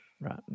Right